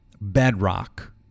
Bedrock